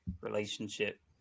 relationship